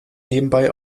nebenbei